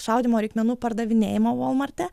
šaudymo reikmenų pardavinėjimo volmarte